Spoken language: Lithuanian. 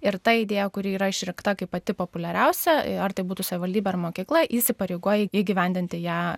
ir ta idėja kuri yra išrinkta kaip pati populiariausia ar tai būtų savivaldybė ar mokykla įsipareigoja įgyvendinti ją